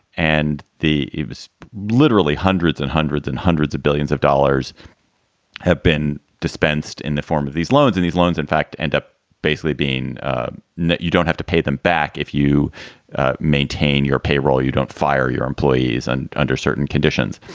and the was literally hundreds and hundreds and hundreds of billions of dollars have been dispensed in the form of these loans. in these loans, in fact, end up basically being that you don't have to pay them back. if you maintain your payroll, you don't fire your employees. and under certain conditions,